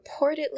reportedly